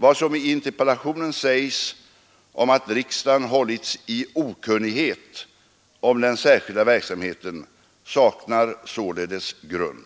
Vad som i interpellationen sägs om att riksdagen hållits i okunnighet om den särskilda verksamheten saknar således grund.